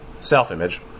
self-image